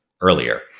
earlier